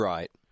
Right